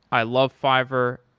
i love fiverr.